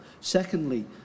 Secondly